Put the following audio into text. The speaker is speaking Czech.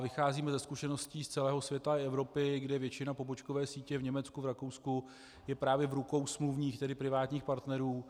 Vycházíme ze zkušeností z celého světa i Evropy, kdy většina pobočkové sítě v Německu, v Rakousku je právě v rukou smluvních, tedy privátních partnerů.